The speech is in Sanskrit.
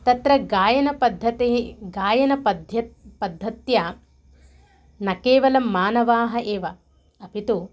तत्र गायनपद्धतिः गायनपद्ध्यत् पद्धत्या न केवलं मानवाः एव अपि तु